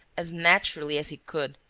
as naturally as he could,